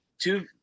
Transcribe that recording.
two